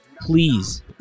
please